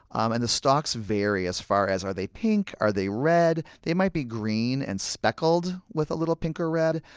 um and the stalks vary, as far as are they pink, or are they red? they might be green and speckled with a little pink or red.